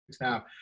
now